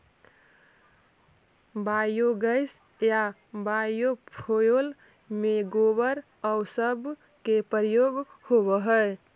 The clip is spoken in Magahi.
बायोगैस या बायोफ्यूल में गोबर आउ सब के प्रयोग होवऽ हई